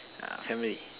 family